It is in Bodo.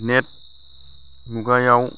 नेट मुगायाव